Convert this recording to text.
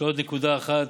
יש עוד נקודה אחת,